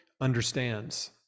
understands